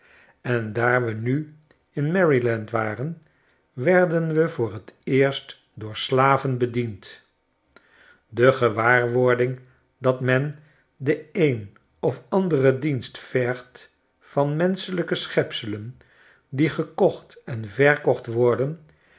en daar we nu in maryland waren werden we voor t eerst door slaven bediend be gewaarwording dat men den een of anderen dienst vergt vanmenschelijke schepselen die gekocht en verkocht worden